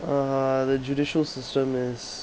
uh the judicial system is